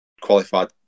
qualified